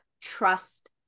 trust